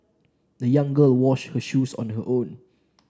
the young girl washed her shoes on her own